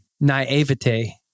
naivete